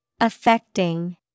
Affecting